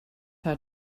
her